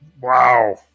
Wow